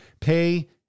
pay